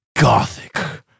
gothic